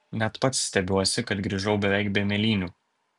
net pats stebiuosi kad grįžau beveik be mėlynių